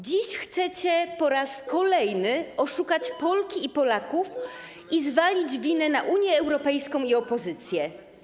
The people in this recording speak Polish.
Dziś chcecie po raz kolejny oszukać Polki i Polaków i zwalić winę na Unię Europejską i opozycję.